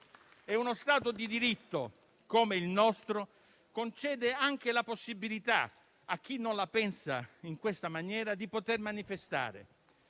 Uno Stato di diritto come il nostro concede anche la possibilità a chi non la pensa in questa maniera di manifestare,